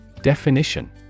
Definition